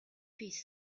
piece